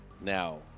now